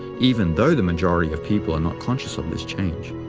even though the majority of people are not conscious of this change.